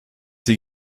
sie